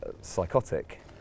psychotic